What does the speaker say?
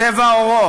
צבע עורו,